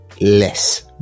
less